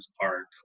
Park